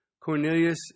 Cornelius